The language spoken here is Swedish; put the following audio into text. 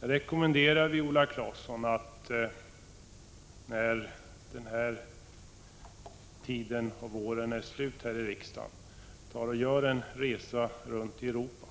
Jag rekommenderar Viola Claesson att, när det här riksmötet är slut, göra en resa runt Europa